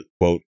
quote